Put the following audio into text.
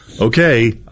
okay